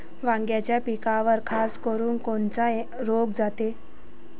वांग्याच्या पिकावर खासकरुन कोनचा रोग जाते?